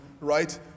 Right